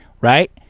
right